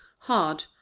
hard,